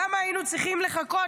למה היינו צריכים לחכות?